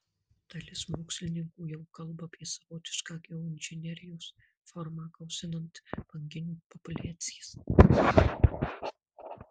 dalis mokslininkų jau kalba apie savotišką geoinžinerijos formą gausinant banginių populiacijas